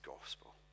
gospel